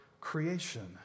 creation